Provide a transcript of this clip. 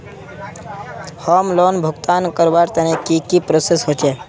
Home loan भुगतान करवार तने की की प्रोसेस होचे?